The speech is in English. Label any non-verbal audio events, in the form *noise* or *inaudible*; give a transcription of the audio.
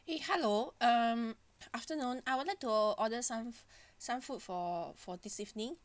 eh hello um afternoon I wanted to order some *breath* some food for for this evening